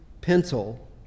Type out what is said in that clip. pencil